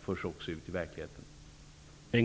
förs också ut i verkligheten.